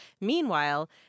Meanwhile